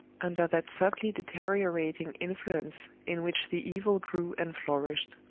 under that subtly deteriorating influence in which the evil grew and flourished.